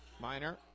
Minor